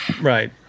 right